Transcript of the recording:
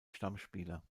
stammspieler